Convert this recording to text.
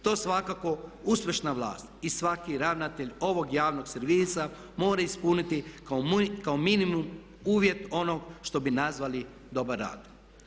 To svakako uspješna vlast i svaki ravnatelj ovog javnog servisa mora ispuniti kao minimum uvjeta onog što bi nazvali dobar rad.